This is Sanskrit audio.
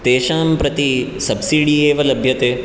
तेषां प्रति सब्सिडि एव लभ्यते